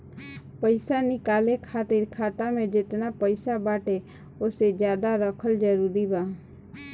पईसा निकाले खातिर खाता मे जेतना पईसा बाटे ओसे ज्यादा रखल जरूरी बा?